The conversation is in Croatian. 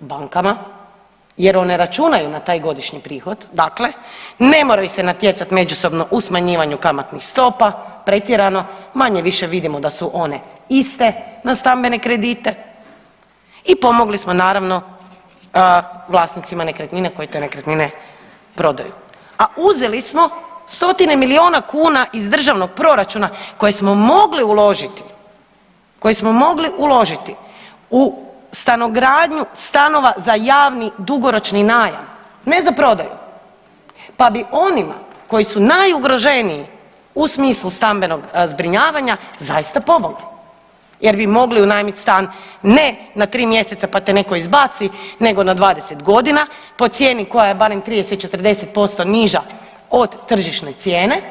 Bankama, jer one računaju na tak godišnji prihod, dakle ne moraju se natjecat međusobno u smanjivanju kamatnih stopa pretjerano, manje-više vidimo da su one iste za stambene kredite i pomogli smo naravno vlasnicima nekretnine koji te nekretnine prodaju a uzeli smo stotine milijuna kuna iz državnog proračuna koje smo mogli uložiti u stanogradnju stanova za javni dugoročni najam, ne za prodaju, pa bi onima koji su najugroženiji u smislu stambenog zbrinjavanja, zaista pomogli jer bi mogli unajmit stan ne na 3 mj. pa te netko izbaci, nego na 20 godina po cijenu koja je barem 30, 40% niža od tržišne cijene